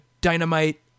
dynamite